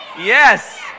Yes